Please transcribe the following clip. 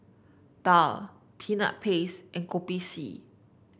daal Peanut Paste and Kopi C